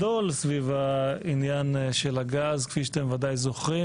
סביב העניין של הגז, כפי שאתם ודאי זוכרים